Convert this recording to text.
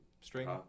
string